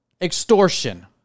extortion